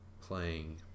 playing